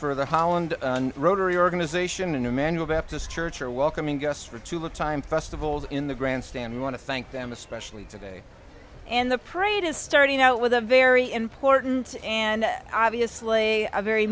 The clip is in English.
for the holland rotary organization and emmanuel baptist church are welcoming guests for to the time festivals in the grandstand we want to thank them especially today and the parade is starting out with a very important and obviously a very